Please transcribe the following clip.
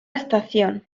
estación